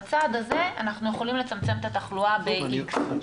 בצעד הזה אנחנו יכולים לצמצם את התחלואה ב-X,